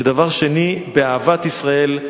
דבר שני: אהבת ישראל.